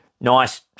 nice